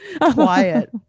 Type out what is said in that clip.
quiet